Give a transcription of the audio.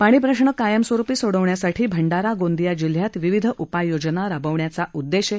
पाणी प्रश्न कायम स्वरुपी सोडवण्यासाठी भंडारा गोंदिया जिल्ह्यात विविध उपाय योजना राबवण्याचा उद्देश आहे